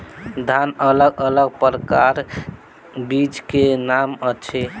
धान अलग अलग प्रकारक बीज केँ की नाम अछि?